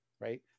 right